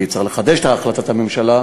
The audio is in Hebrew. כי צריך לחדש את החלטת הממשלה.